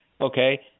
okay